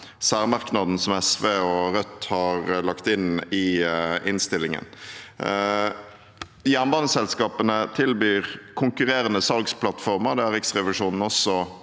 særmerknaden som SV og Rødt har lagt inn i innstillingen. Jernbaneselskapene tilbyr konkurrerende salgsplattformer. Det har også Riksrevisjonen pekt